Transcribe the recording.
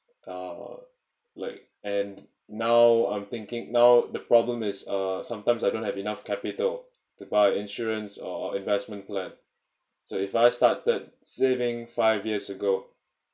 uh like and now I'm thinking now the problem is uh sometimes I don't have enough capital to buy insurance or investment plan so if I started saving five years ago